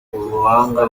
ubuhanga